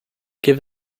give